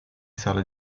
sala